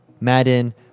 Madden